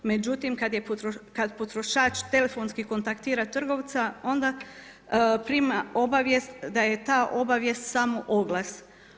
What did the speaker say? Međutim kada potrošač telefonski kontaktira trgovca onda prima obavijest da je ta obavijest samo oglas.